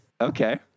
Okay